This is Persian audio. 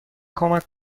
کمک